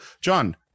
john